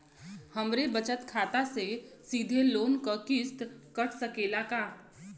हमरे बचत खाते से सीधे लोन क किस्त कट सकेला का?